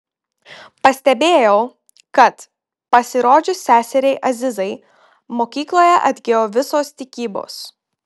pastebėjau kad pasirodžius seseriai azizai mokykloje atgijo visos tikybos